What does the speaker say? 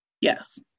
Yes